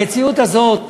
המציאות הזאת,